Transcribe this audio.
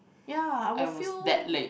ya I will feel